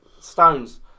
stones